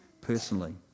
personally